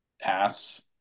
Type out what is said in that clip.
pass